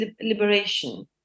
liberation